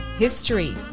history